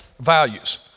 values